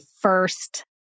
first